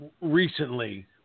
recently